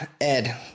Ed